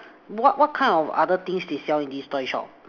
what what kind of other things they sell in this toy shop